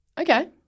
okay